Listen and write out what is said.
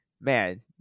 man